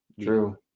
True